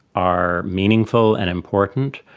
are meaningful and important.